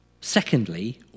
Secondly